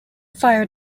fire